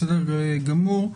בסדר גמור.